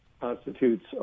constitutes